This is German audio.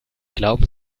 glauben